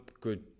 good